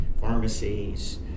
pharmacies